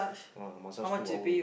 uh massage two hour